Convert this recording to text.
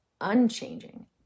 unchanging